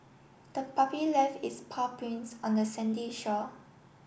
the puppy left its paw prints on the sandy shore